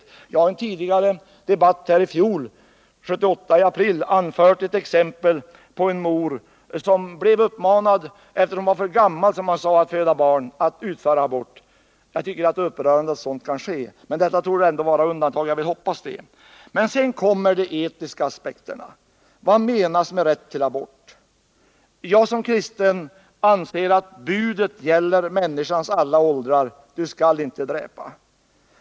I den debatt vi hade här i riksdagen i april 1978 anförde jag ett exempel på att en mor blev uppmanad att utföra abort, eftersom hon ansågs vara för gammalatt föda barn. Jag tycker att det är upprörande att sådant kan ske, men detta torde vara undantag — jag vill hoppas det. Men sedan kommer de etiska aspekterna. Vad menas med rätt till abort? Jag som kristen anser att budet gäller människans alla åldrar: Du skall icke dräpa.